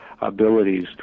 abilities